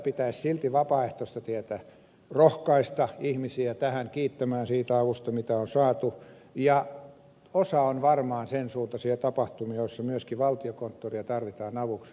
pitäisi silti vapaaehtoista tietä rohkaista ihmisiä kiittämään siitä avusta mitä on saatu ja osa on varmaan sen suuntaisia tapahtumia joissa myöskin valtiokonttoria tarvitaan avuksi